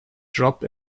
job